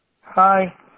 Hi